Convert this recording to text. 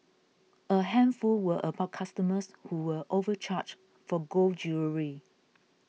a handful were about customers who were overcharged for gold jewellery